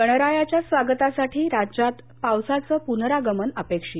गणरायाच्या स्वागतासाठी राज्यात पावसाचं पुनरागमन अपेक्षित